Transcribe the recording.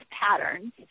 patterns